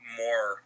more